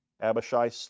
Abishai